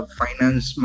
finance